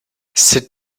sit